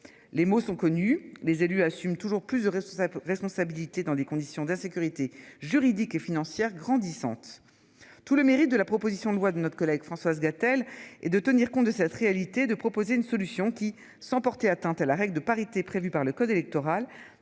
Les mots sont connus, les élus assument toujours plus heureux sous sa responsabilité dans des conditions d'insécurité juridique et financière grandissante. Tout le mérite de la proposition de loi de notre collègue Françoise Gatel et de tenir compte de cette réalité de proposer une solution qui, sans porter atteinte à la règle de parité prévue par le code électoral